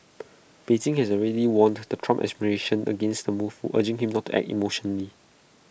Beijing has already warned the Trump administration against the move urging him not act emotionally